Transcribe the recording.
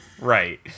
Right